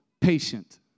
patient